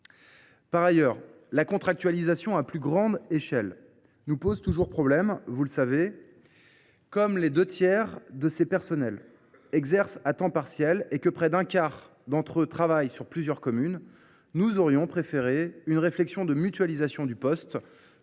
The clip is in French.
Par ailleurs, la contractualisation à plus grande échelle nous pose toujours problème. Comme les deux tiers de ces personnels exercent à temps partiel et que près d’un quart d’entre eux travaillent sur plusieurs communes, nous aurions préféré une réflexion sur la mutualisation de ce poste,